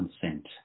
consent